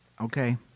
okay